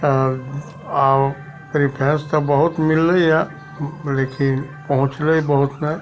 आब प्रिफरेन्श तऽ बहुत मिललैए लेकिन पहुँचलै बहुत नहि